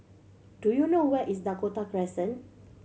do you know where is Dakota Crescent